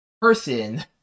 person